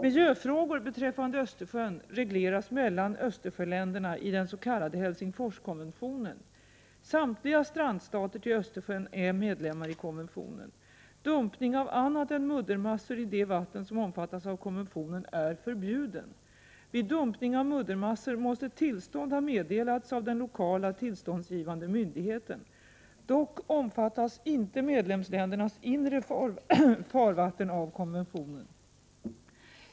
Miljöfrågor beträffande Östersjön regleras mellan Östersjöländerna i den s.k. Helsingforskonventionen. Samtliga Östersjöns strandstater är medlemmar i konventionen. Dumpning av annat än muddermassor i de vatten som omfattas av konventionen är förbjuden. Vid dumpning av muddermassor måste tillstånd ha meddelats av den lokala tillståndsgivande myndigheten. Dock omfattas inte medlemsländernas inre farvatten av konventionen.